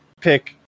pick